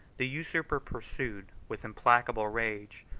the usurper pursued, with implacable rage,